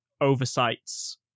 oversights